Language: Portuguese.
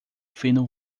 fino